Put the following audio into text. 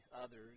others